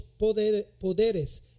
poderes